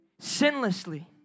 sinlessly